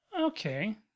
Okay